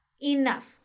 enough